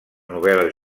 novel·les